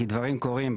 כי דברים קורים,